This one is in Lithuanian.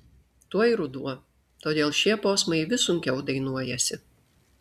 tuoj ruduo todėl šie posmai vis sunkiau dainuojasi